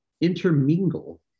intermingle